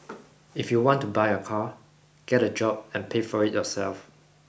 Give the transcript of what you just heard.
if you want to buy a car get a job and pay for it yourself